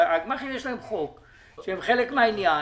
לגמ"חים יש חוק שהם חלק מהעניין.